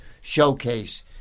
showcase